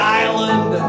island